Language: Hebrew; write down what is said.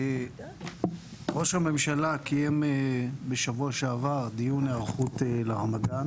ראש הממשלה קיים בשבוע שעבר דיון היערכות לרמדאן